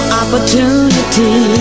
opportunity